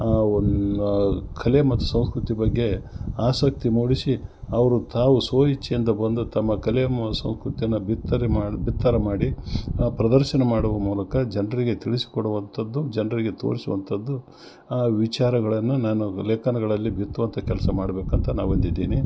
ಆ ಒಂದು ಆ ಕಲೆ ಮತ್ತು ಸಂಸ್ಕೃತಿ ಬಗ್ಗೆ ಆಸಕ್ತಿ ಮೂಡಿಸಿ ಅವರು ತಾವು ಸ್ವಯಿಚ್ಚೆ ಬಂದು ತಮ್ಮ ಕಲೆಯನ್ನು ಸಂಸ್ಕೃತಿಯನ್ನು ಬಿತ್ತನೆ ಮಾಡಿ ಬಿತ್ತರ ಮಾಡಿ ಪ್ರದರ್ಶನ ಮಾಡುವ ಮೂಲಕ ಜನರಿಗೆ ತಿಳಿಸ್ಕೊಡುವಂಥದ್ದು ಜನರಿಗೆ ತೋರಿಸುವಂಥದ್ದು ಆ ವಿಚಾರಗಳನ್ನು ನಾನು ಲೇಖನಗಳಲ್ಲಿ ಬಿತ್ತುವಂತ ಕೆಲಸ ಮಾಡಬೇಕಂತ ನಾ ಹೊಂದಿದ್ದೀನಿ